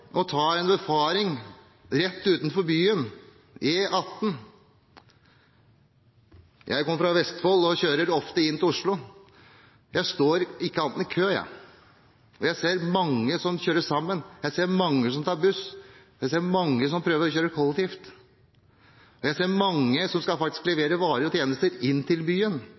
å dra på befaring av E18 rett utenfor byen. Jeg kommer fra Vestfold og kjører ofte inn til Oslo. Jeg står ikke annet enn i kø. Jeg ser mange som kjører sammen. Jeg ser mange som tar buss. Jeg ser mange som prøver å kjøre kollektivt, og jeg ser mange som faktisk skal levere varer og tjenester inn til byen,